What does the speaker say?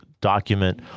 document